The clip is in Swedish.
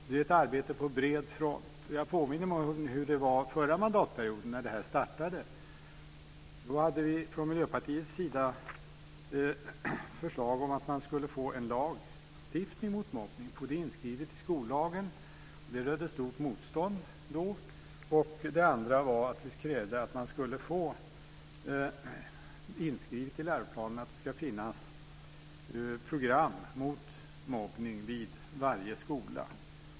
Det är ett arbete på bred front. Jag påminner mig om hur det var förra mandatperioden när det här startade. Då hade vi från Miljöpartiets sida förslag om att lagstiftning mot mobbning skulle skrivas in i skollagen. Det rönte stort motstånd då. Det andra var att vi krävde att det skulle skrivas in i läroplanen att det ska finnas program mot mobbning vid varje skola.